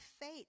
faith